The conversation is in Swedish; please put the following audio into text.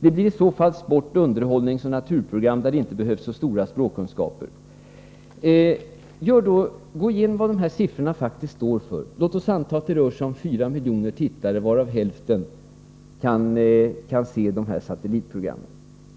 Det blir i så fall sport-, underhållningsoch naturprogram där det inte behövs så stora språkkunskaper.” Låt oss gå igenom vad dessa siffror står för. Anta att det rör sig om 4 miljoner tittare, varav hälften kan se dessa satellitprogram.